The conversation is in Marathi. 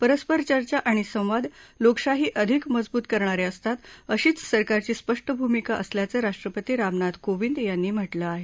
परस्पर चर्चा आणि संवाद लोकशाही अधिक मजबूत करणारे असतात अशीच सरकारची स्पष्ट भूमिका असल्याचं राष्ट्रपती रामनाथ कोविंद यांनी म्हटलं आहे